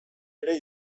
ere